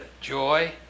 Joy